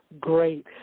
Great